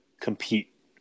compete